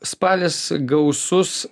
spalis gausus